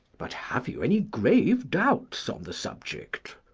but have you any grave doubts on the subject?